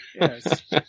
Yes